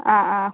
അ അ